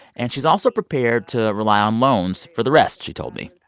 and she's also prepared to rely on loans for the rest, she told me.